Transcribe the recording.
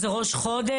זה ראש חודש,